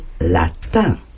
latin